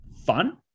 Fun